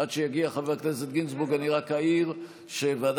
עד שיגיע חבר הכנסת גינזבורג אני רק אעיר שוועדת